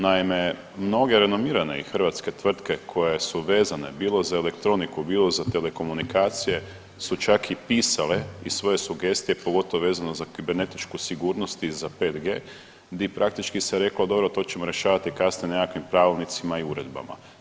Naime, mnoge renomirane i hrvatske tvrtke koje su vezane, bilo za elektroniku, bilo za telekomunikacije su čak i pisale i svoje sugestije, pogotovo vezano za kibernetičku sigurnost i za 5G, di praktički se reklo, dobro, to ćemo rješavati kasnije nekakvim pravilnicima i uredbama.